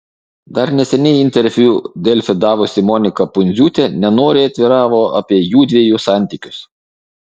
dar neseniai interviu delfi davusi monika pundziūtė nenoriai atviravo apie jųdviejų santykius